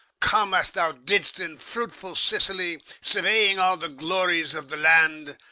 come as thou didst in fruitful sicily, surveying all the glories of the land,